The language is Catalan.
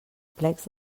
plecs